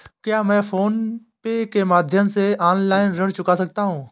क्या मैं PhonePe के माध्यम से ऑनलाइन ऋण चुका सकता हूँ?